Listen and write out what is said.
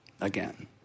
again